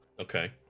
okay